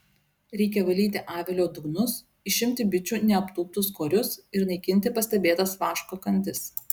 reikia valyti avilio dugnus išimti bičių neaptūptus korius ir naikinti pastebėtas vaško kandis